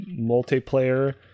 multiplayer